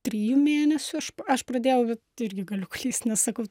trijų mėnesių aš aš pradėjau irgi galiu klyst nes sakau